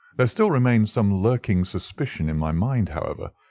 there still remained some lurking suspicion in my mind, however,